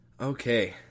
Okay